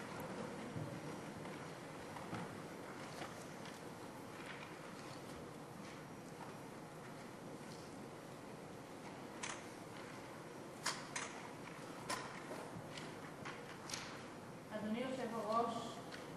אדוני היושב-ראש,